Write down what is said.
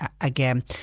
again